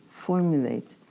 formulate